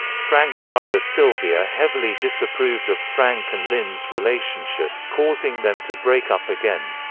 frank's mother sylvia heavily disapproved of frank and lynn's relationship, causing them to break up again.